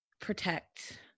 protect